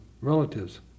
relatives